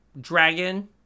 dragon